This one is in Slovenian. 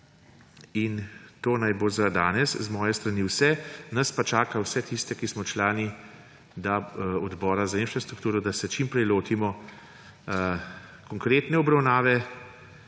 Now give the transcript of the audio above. To naj bo za danes z moje strani vse, nas pa vse tiste, ki smo člani Odbora za infrastrukturo, čaka, da se čim prej lotimo konkretne obravnave.